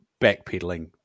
backpedaling